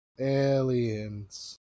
aliens